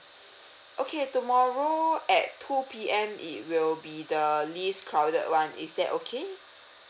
okay tomorrow at two P_M it will be the least crowded one is that okay